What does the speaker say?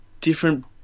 different